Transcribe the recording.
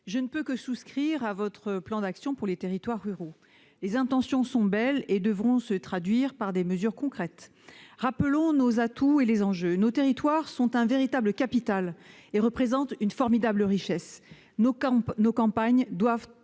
je ne puis que souscrire à votre plan d'action en faveur des territoires ruraux. Les intentions sont belles et devront se traduire par des mesures concrètes. Rappelons nos atouts et les enjeux. Nos territoires constituent un véritable capital et représentent une formidable richesse. Nos campagnes doivent